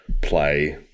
play